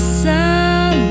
sun